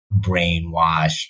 brainwashed